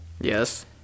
Yes